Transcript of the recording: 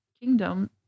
Kingdom